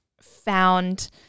found